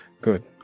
Good